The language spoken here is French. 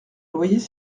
loyers